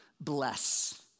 bless